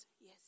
Yes